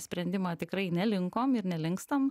sprendimą tikrai nelinkom ir nelinkstam